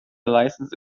license